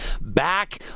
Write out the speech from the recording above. Back